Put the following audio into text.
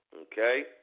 Okay